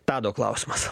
tado klausimas